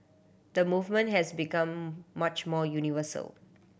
the movement has become much more universal